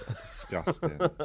Disgusting